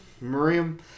Miriam